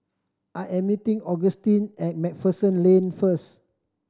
I am meeting Augustine at Macpherson Lane first